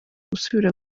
gusubira